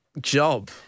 job